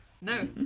No